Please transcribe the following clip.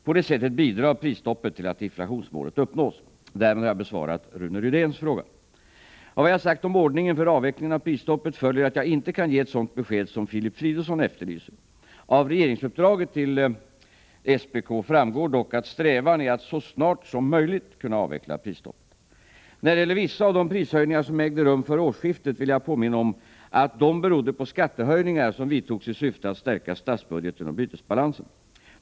På det sättet bidrar prisstoppet till att inflationsmålet uppnås. Därmed har jag besvarat Rune Rydéns fråga. Av vad jag sagt om ordningen för avvecklingen av prisstoppet följer att jag inte kan ge ett sådant besked som Filip Fridolfsson efterlyser. Av regerings uppdraget till SPK framgår dock att strävan är att så snart som möjligt kunna avveckla prisstoppet. När det gäller vissa av de prishöjningar som ägde rum före årsskiftet vill jag påminna om att dessa berodde på skattehöjningar som vidtogs i syfte att stärka statsbudgeten och bytesbalansen.